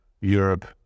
Europe